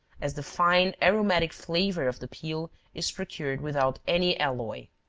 as the fine aromatic flavor of the peel is procured without any alloy.